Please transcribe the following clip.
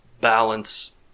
balance